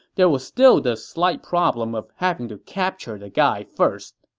there was still the slight problem of having to capture the guy first,